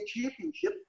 championship